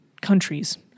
countries